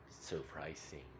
surprising